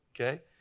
Okay